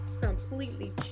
completely